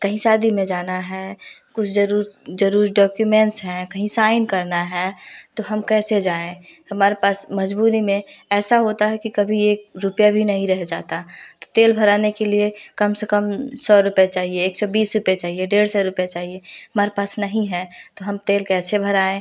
कहीं शादी में जाना है कुछ जरूर जरूरी डॉक्यूमेंस हैं कहीं साइन करना है तो हम कैसे जाऍं हमारे पास मजबूरी में ऐसा होता है कि कभी एक रुपया भी नहीं रह जाता तो तेल भराने के लिए कम से कम सौ रुपए चाहिए एक सौ बीस रुपए चाहिए डेढ़ सौ रुपए चाहिए हमारे पास नहीं है तो हम तेल कैसे भराऍं